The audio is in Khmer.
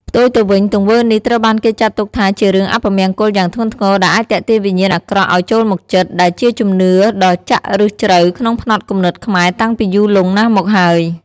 ផ្ទុយទៅវិញ ទង្វើនេះត្រូវបានគេចាត់ទុកថាជារឿង អពមង្គល យ៉ាងធ្ងន់ធ្ងរ ដែលអាចទាក់ទាញវិញ្ញាណអាក្រក់ឲ្យចូលមកជិត ដែលជាជំនឿដ៏ចាក់ឫសជ្រៅក្នុងផ្នត់គំនិតខ្មែរតាំងពីយូរលង់ណាស់មកហើយ។